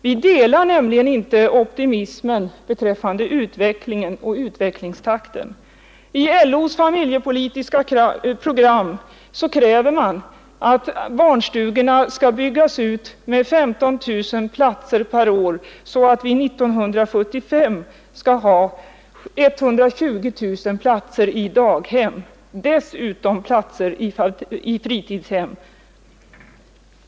Vi delar nämligen inte optimismen beträffande utvecklingen och utvecklingstakten. I LO:s familjepolitiska program kräver man att barnstugorna skall byggas ut med 15 000 platser per år, så att vi 1975 har 120 000 platser i daghem, dessutom platser i fritidshem.